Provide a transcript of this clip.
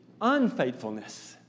unfaithfulness